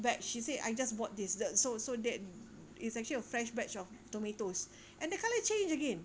bag she said I just bought this so so that is actually a fresh batch of tomatoes and the colour change again